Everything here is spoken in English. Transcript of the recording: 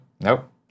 Nope